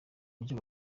byo